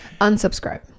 Unsubscribe